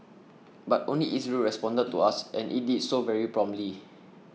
but only Israel responded to us and it did so very promptly